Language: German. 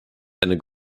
eine